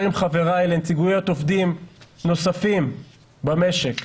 עם חבריי בנציגויות עובדים נוספים במשק.